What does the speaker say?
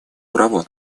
праву